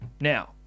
Now